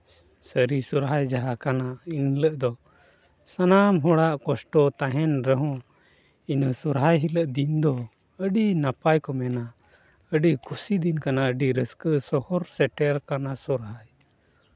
ᱥᱟᱹᱨᱤ ᱥᱚᱨᱦᱟᱭ ᱡᱟᱦᱟᱸ ᱠᱟᱱᱟ ᱮᱱᱦᱤᱞᱳᱜ ᱫᱚ ᱥᱟᱱᱟᱢ ᱦᱚᱲᱟᱜ ᱠᱚᱥᱴᱚ ᱛᱟᱦᱮᱱ ᱨᱮᱦᱚᱸ ᱤᱱᱟᱹ ᱥᱚᱨᱦᱟᱭ ᱦᱤᱞᱳᱜ ᱫᱤᱱ ᱫᱚ ᱟᱹᱰᱤ ᱱᱟᱯᱟᱭ ᱠᱚ ᱢᱮᱱᱟ ᱟᱹᱰᱤ ᱠᱩᱥᱤ ᱫᱤᱱ ᱠᱟᱱᱟ ᱟᱹᱰᱤ ᱨᱟᱹᱥᱠᱟᱹ ᱥᱚᱦᱚᱨ ᱥᱮᱴᱮᱨ ᱠᱟᱱᱟ ᱥᱚᱨᱦᱟᱭ